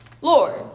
Lord